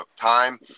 time